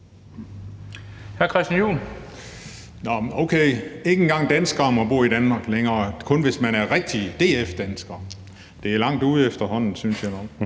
Okay, ikke engang danskere må bo i Danmark længere – kun, hvis man er rigtig DF-dansker. Det er efterhånden langt ude, synes jeg nok.